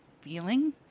feeling